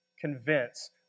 convince